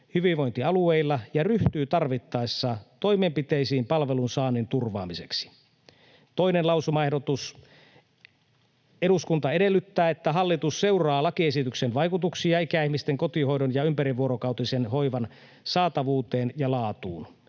hyvinvointialueilla ja ryhtyy tarvittaessa toimenpiteisiin palvelun saannin turvaamiseksi.” Toinen lausumaehdotus: ”Eduskunta edellyttää, että hallitus seuraa lakiesityksen vaikutuksia ikäihmisten kotihoidon ja ympärivuorokautisen hoivan saatavuuteen ja laatuun.”